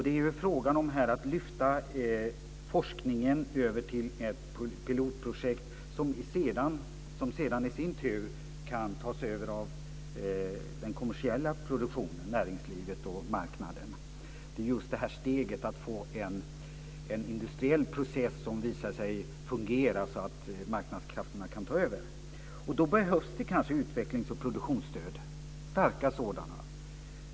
Det är fråga om att lyfta forskningen över till ett pilotprojekt som sedan i sin tur kan tas över av den kommersiella produktionen - näringslivet och marknaden. Det gäller just detta steg med att få en industriell process som visar sig fungera så att marknadskrafterna kan ta över. Då behövs kanske utvecklings och produktionsstöd - starka sådana.